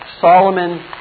Solomon